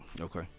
Okay